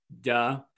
duh